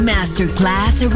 Masterclass